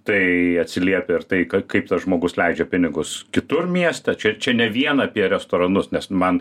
tai atsiliepia ir tai kaip tas žmogus leidžia pinigus kitur mieste čia čia ne vien apie restoranus nes man